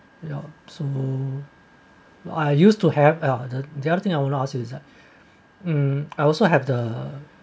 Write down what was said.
you know so I used to have a the the other thing I will not ask to use that um I also have the